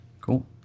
Cool